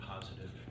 positive